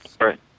Right